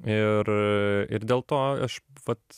ir ir dėl to aš vat